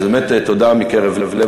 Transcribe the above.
אז באמת תודה מקרב לב.